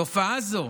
תופעה זאת